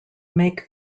make